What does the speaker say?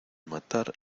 matar